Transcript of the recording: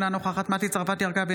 אינה נוכחת מטי צרפתי הרכבי,